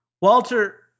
Walter